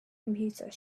computer